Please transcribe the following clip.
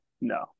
No